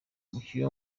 umukinnyi